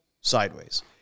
sideways